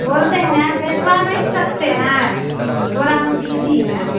बोलते हैं भिजवा नहीं सकते हैं थोड़ा हम बिज़ी हैं